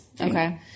Okay